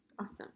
awesome